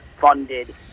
funded